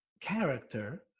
character